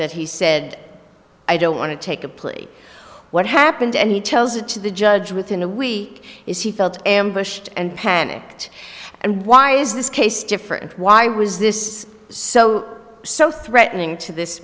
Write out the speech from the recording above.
that he said i don't want to take a plea what happened and he tells it to the judge within a week is he felt ambushed and panicked and why is this case different why was this so so threatening to this